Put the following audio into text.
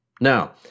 Now